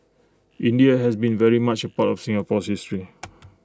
India has been very much A part of Singapore's history